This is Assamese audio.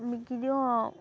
বিকি দিওঁ